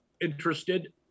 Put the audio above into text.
interested